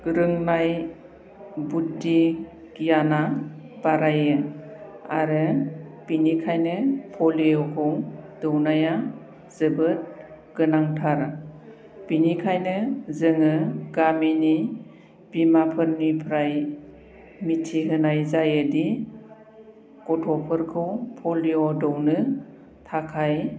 रोंनाय बुद्दि गियाना बारायो आरो बिनिखायनो पलिय'खौ दौनाया जोबोद गोनांथार बिनिखायनो जोङो गामिनि बिमाफोरनिफ्राय मिथिहोनाय जायोदि गथ'फोरखौ पलिय' दौनो थाखाय